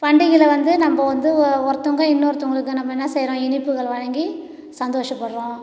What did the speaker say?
பண்டிகையில் வந்து நம்ம வந்து ஒ ஒருத்தவங்க இன்னொருத்தவங்களுக்கு நம்ம என்ன செய்கிறோம் இனிப்புகள் வழங்கி சந்தோஷப்படுகிறோம்